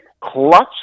clutch